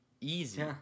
easy